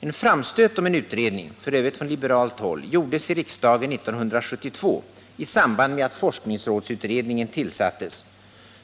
En framstöt om en utredning —f. ö. från liberalt håll — gjordes i riksdagen 1972 i samband med att forskningsrådsutredningen tillsattes.